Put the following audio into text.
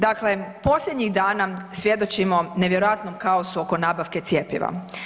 Dakle, posljednjih dana svjedočimo nevjerojatnom kaosu oko nabavke cjepiva.